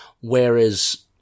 whereas